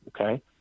okay